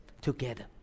together